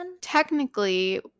technically